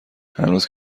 هنوز